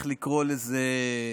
לזה.